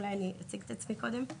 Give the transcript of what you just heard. אולי אני אציג את עצמי קודם: